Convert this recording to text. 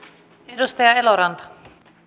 arvoisa puhemies